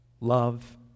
Love